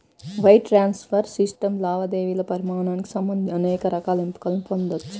wire transfer system లావాదేవీల పరిమాణానికి సంబంధించి అనేక రకాల ఎంపికలను పొందొచ్చు